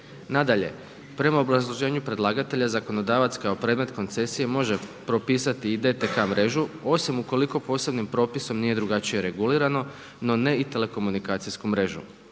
Nadalje, prema obrazloženju predlagatelja zakonodavac kao predmet koncesije može propisati i DTK mrežu osim ukoliko posebnim propisom nije drugačije regulirano, no ne i telekomunikacijsku mrežu.